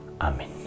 Amen